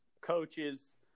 coaches